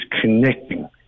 connecting